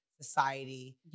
society